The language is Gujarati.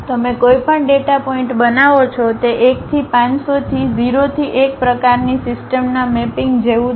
તમે કોઈપણ ડેટા પોઇન્ટ બનાવો છો તે 1 થી 500 થી 0 થી 1 પ્રકારની સિસ્ટમના મેપિંગ જેવું જ છે